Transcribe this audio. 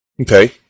Okay